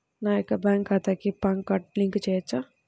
నా యొక్క బ్యాంక్ ఖాతాకి పాన్ కార్డ్ లింక్ చేయవచ్చా?